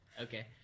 Okay